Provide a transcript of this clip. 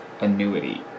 annuity